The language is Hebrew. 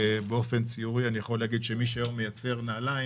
באופן ציורי אני יכול להגיד שמי שמייצר נעלים,